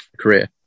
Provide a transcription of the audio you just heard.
career